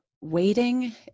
waiting